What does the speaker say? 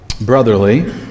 brotherly